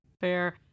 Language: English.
Fair